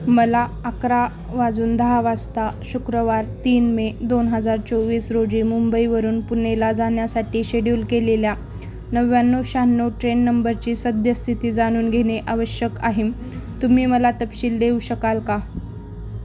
मला अकरा वाजून दहा वाजता शुक्रवार तीन मे दोन हजार चोवीस रोजी मुंबईवरून पुणेला जाण्यासाठी शेड्यूल केलेल्या नव्याण्णव शहाण्णव ट्रेन नंबरची सद्यस्थिती जाणून घेणे आवश्यक आहे तुम्ही मला तपशील देऊ शकाल का